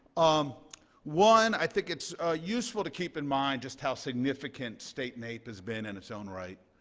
um one, i think it's useful to keep in mind just how significant state naep has been in its own right.